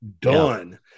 Done